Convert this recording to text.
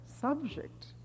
subject